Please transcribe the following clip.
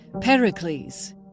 Pericles